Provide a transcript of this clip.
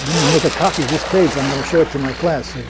me make a copy of this page. i'm going to show it to my class.